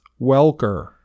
Welker